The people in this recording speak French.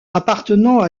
appartenant